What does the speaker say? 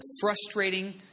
frustrating